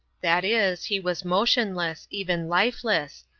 that is, he was motionless, even lifeless,